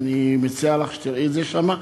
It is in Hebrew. ואני מציע לך שתראי את שם,